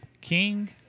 King